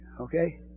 Okay